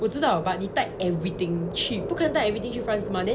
我知道 but 你带 everything 去不可能带 everything 去 france 的 mah then 你一定有留